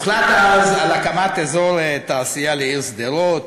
הוחלט אז על הקמת אזור תעשייה לעיר שדרות,